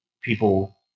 people